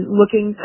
looking